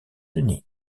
unis